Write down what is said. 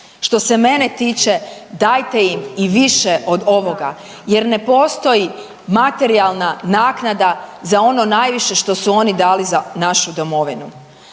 Što se mene tiče dajte im i više od ovoga, jer ne postoji materijalna naknada za ono najviše što su oni dali za našu Domovinu.